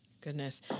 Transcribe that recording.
Goodness